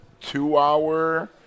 two-hour